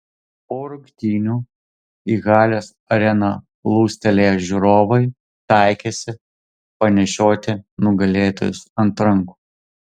po rungtynių į halės areną plūstelėję žiūrovai taikėsi panešioti nugalėtojus ant rankų